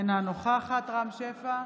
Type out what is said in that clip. אינה נוכחת רם שפע,